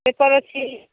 paper ଅଛି